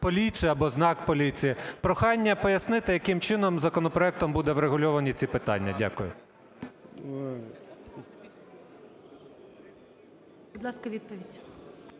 поліцію або знак поліції. Прохання пояснити, яким чином законопроектом будуть врегульовані ці питання. Дякую. ГОЛОВУЮЧИЙ. Будь ласка, відповідь.